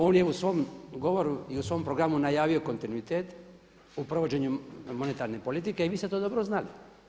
On je u svom govoru i u svom programu najavio kontinuitet u provođenju monetarne politike i vi ste to dobro znali.